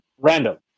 random